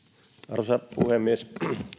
arvoisa puhemies